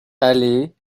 allée